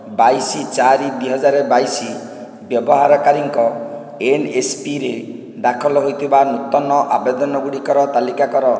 ବାଇଶି ଚାରି ଦୁଇ ହଜାର ବାଇଶି ବ୍ୟବହାରକାରୀଙ୍କ ଏନ୍ ଏସ୍ ପି ରେ ଦାଖଲ ହୋଇଥିବା ନୂତନ ଆବେଦନଗୁଡ଼ିକର ତାଲିକା କର